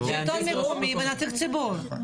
שלטון מקומי ונציג ציבור.